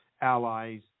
allies